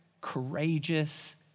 courageous